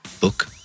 book